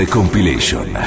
Compilation